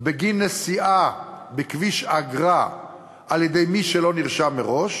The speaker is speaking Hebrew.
בגין נסיעה בכביש אגרה על-ידי מי שלא נרשם מראש,